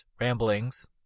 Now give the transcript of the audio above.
ramblings